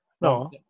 No